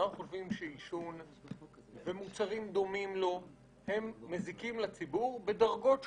אנחנו חושבים שעישון ומוצרים דומים לו הם מזיקים לציבור בדרגות שונות,